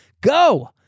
go